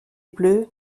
bleue